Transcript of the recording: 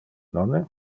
nonne